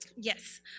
Yes